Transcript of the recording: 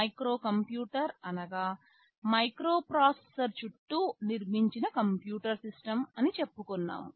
microcomputer అనగా microprocessor చుట్టూ నిర్మించిన కంప్యూటర్ సిస్టమ్ అని చెప్పుకున్నాము